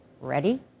Ready